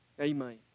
Amen